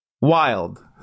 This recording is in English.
Wild